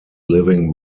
living